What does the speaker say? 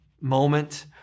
moment